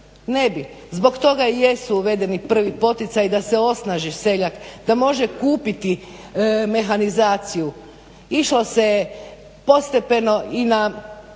ne bi. Zbog toga i jesu uvedeni prvi poticaji da se osnaži seljak, da može kupiti mehanizaciju. Išlo se je postepeno i na